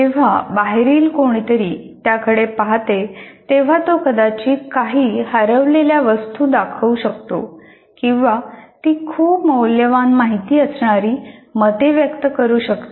जेव्हा बाहेरील कोणीतरी त्याकडे पहाते तेव्हा तो कदाचित काही हरवलेल्या वस्तू दाखवू शकतो किंवा ती खूप मौल्यवान माहिती असणारी मते व्यक्त करू शकतात